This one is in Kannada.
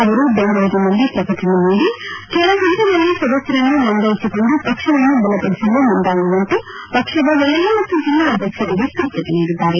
ಅವರು ಬೆಂಗಳೂರಿನಲ್ಲಿ ಪ್ರಕಟಣೆ ನೀಡಿ ಕೆಳ ಪಂತದಲ್ಲಿ ಸದಸ್ಕರನ್ನು ನೊಂದಾಯಿಸಿಕೊಂಡು ಪಕ್ಷವನ್ನು ಬಲಪಡಿಸಲು ಮುಂದಾಗುವಂತೆ ಪಕ್ಷದ ವಲಯ ಮತ್ತು ಜಿಲ್ಲಾ ಅಧ್ಯಕ್ಷರಿಗೆ ಸೂಚನೆ ನೀಡಿದ್ದಾರೆ